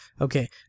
okay